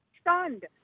Stunned